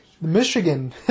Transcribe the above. Michigan